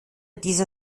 dieser